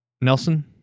Nelson